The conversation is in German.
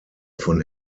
von